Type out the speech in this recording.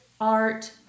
art